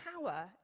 power